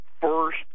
first